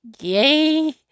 yay